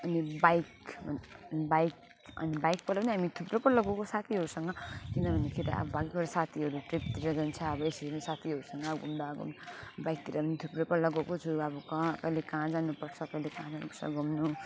अनि bike bike अनि बाइकबाट पनि हामी थुप्रो पल्ट गएको साथीहरूसँग किनभने केटा अब भएकै कुरा अब साथीहरू ट्रिपतिर जान्छ अब यसरी नै साथीहरूसँग घुम्दा अब बाइकतिर पनि थुप्रै पल्ट गएको छु अब कहाँ कहिले कहाँ जानु पर्छ कहिले कहाँ जानु पर्छ घुम्नु